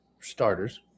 starters